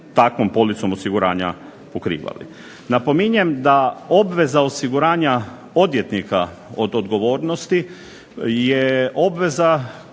takvom policom osiguranja pokrivali. Napominjem da obveza osiguranja odvjetnika od odgovornosti je obveza